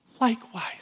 likewise